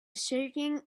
shaking